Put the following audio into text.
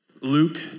Luke